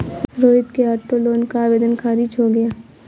रोहित के auto loan का आवेदन खारिज हो गया